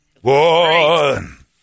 One